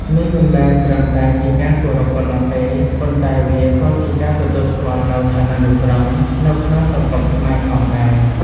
នេះមិនមែនត្រឹមតែជាការគោរពប៉ុណ្ណោះទេ ប៉ុន្តែវាក៏ជាការទទួលស្គាល់នូវឋានានុក្រមនៅក្នុងសង្គមខ្មែរផងដែរ។